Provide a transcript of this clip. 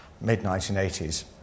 mid-1980s